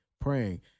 praying